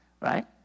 Right